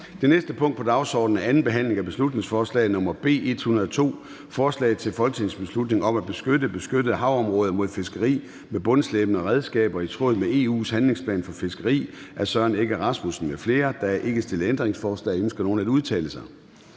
Det næste punkt på dagsordenen er: 9) 2. (sidste) behandling af beslutningsforslag nr. B 102: Forslag til folketingsbeslutning om at beskytte beskyttede havområder mod fiskeri med bundslæbende redskaber i tråd med EU's handlingsplan for fiskeri. Af Søren Egge Rasmussen (EL) m.fl. (Fremsættelse 09.01.2024. 1. behandling